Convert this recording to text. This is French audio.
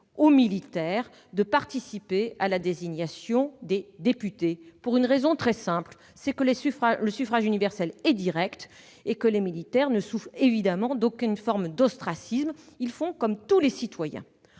aux militaires de participer à la désignation des députés, pour la raison très simple que le suffrage universel est direct. Les militaires ne souffrent évidemment d'aucune forme d'ostracisme par rapport aux autres citoyens.